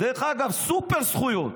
דרך אגב, סופר-זכויות.